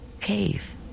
cave